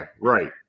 right